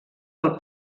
del